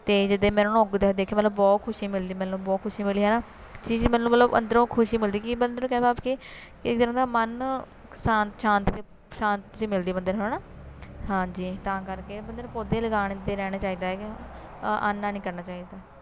ਅਤੇ ਜਿਦੇ ਮੈਂ ਉਹਨਾਂ ਨੂੰ ਉੱਗਦੇ ਹੋਏ ਦੇਖਿਆ ਮਤਲਬ ਬਹੁਤ ਖੁਸ਼ੀ ਮਿਲਦੀ ਮੈਨੂੰ ਬਹੁਤ ਖੁਸ਼ੀ ਮਿਲੀ ਹੈ ਨਾ ਮਤਲਬ ਅੰਦਰੋਂ ਖੁਸ਼ੀ ਮਿਲਦੀ ਕਿ ਮਨ ਸ਼ਾਂਤ ਸ਼ਾਂਤ ਸ਼ਾਂਤੀ ਮਿਲਦੀ ਬੰਦੇ ਨੂੰ ਹੈ ਨਾ ਹਾਂ ਜੀ ਤਾਂ ਕਰਕੇ ਬੰਦੇ ਨੂੰ ਪੌਦੇ ਲਗਾਉਂਦੇ ਰਹਿਣਾ ਚਾਹੀਦਾ ਹੈਗਾ ਆਨਾ ਨਹੀਂ ਕਰਨਾ ਚਾਹੀਦਾ